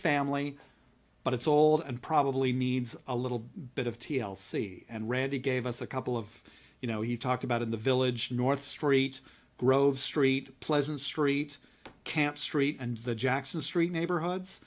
family but it's old and probably needs a little bit of t l c and randy gave us a couple of you know he talked about in the village north street grove street pleasant street camp street and the jackson street neighborhoods